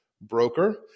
broker